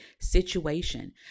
situation